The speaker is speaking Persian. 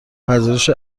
پذیرش